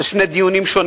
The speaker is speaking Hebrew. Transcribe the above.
אלה שני דיונים שונים.